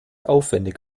aufwendig